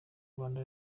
rwanda